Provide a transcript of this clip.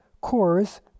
chorus